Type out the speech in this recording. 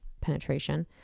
penetration